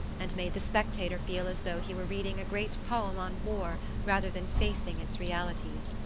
and made the spectator feel as though he were reading a great poem on war rather than facing its realities.